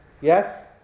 Yes